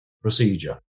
procedure